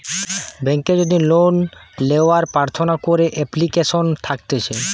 বেংকে যদি লোন লেওয়ার প্রার্থনা করে এপ্লিকেশন থাকতিছে